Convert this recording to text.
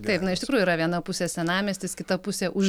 taip na iš tikrųjų yra viena pusė senamiestis kita pusė už